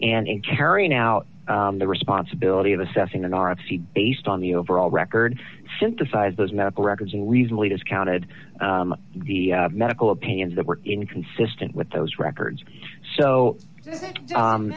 in carrying out the responsibility of assessing an r f c based on the overall record synthesize those medical records and reasonably discounted medical opinions that were inconsistent with those records so